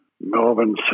Melbourne